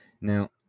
now